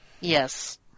Yes